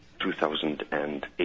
2008